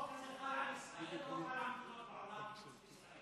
החוק הזה חל על ישראל או על כל מדינות העולם חוץ מישראל?